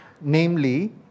Namely